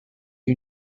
you